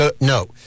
No